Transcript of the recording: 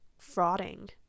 frauding